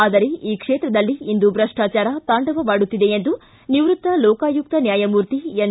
ಆದರೆ ಈ ಕ್ಷೇತ್ರದಲ್ಲಿ ಇಂದು ಭ್ರಷ್ಟಾಚಾರ ತಾಂಡವಾಡುತ್ತಿದೆ ಎಂದು ನಿವೃತ್ತ ಲೋಕಾಯುಕ್ತ ನ್ವಾಯಮೂರ್ತಿ ಎನ್